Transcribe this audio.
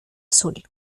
azul